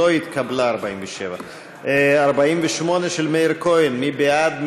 לא התקבלה הסתייגות 47. 48, של מאיר כהן, מי בעד?